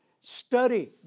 study